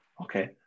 Okay